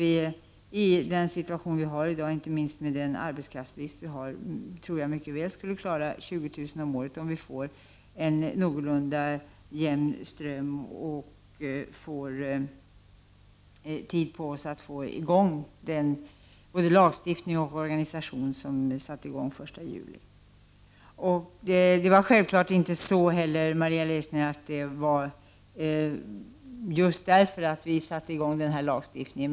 I dagens situation, inte minst med tanke på den arbetskraftsbrist som råder, tror jag att vi mycket väl skulle kunna klara av att ta emot 20000 om året om det blir en någorlunda jämn ström och om vi får tid på oss att komma i gång med organisationen beträffande den lagstiftning som gäller fr.o.m. den 1 juli i år. Självfallet, Maria Leissner, beror inte detta just på den här lagstiftningen.